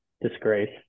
disgrace